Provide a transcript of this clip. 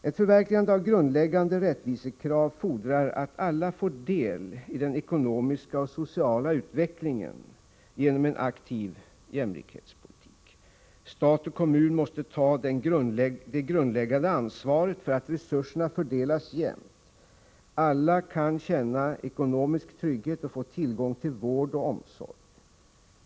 Ett förverkligande av grundläggande rättvisekrav fordrar att alla får del i den ekonomiska och sociala utvecklingen genom en aktiv jämlikhetspolitik. Stat och kommun måste ta det grundläggande ansvaret för att resurserna fördelas jämnt. Alla skall kunna känna ekonomisk trygghet och få tillgång till vård och omsorg.